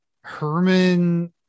Herman